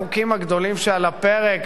שני החוקים הגדולים שעל הפרק,